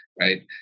right